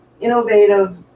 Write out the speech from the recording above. innovative